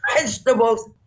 vegetables